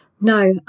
No